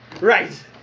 right